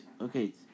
Okay